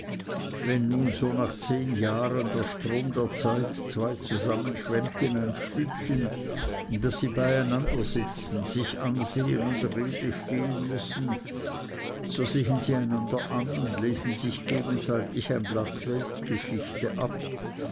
wenn nun so nach zehn jahren der strom der zeit zwei zusammenschwemmt in ein stübchen daß sie bei einander sitzen sich ansehen und rede stehen müssen so sehen sie einander an und lesen sich gegenseitig ein blatt weltgeschichte ab